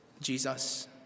Jesus